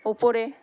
উপরে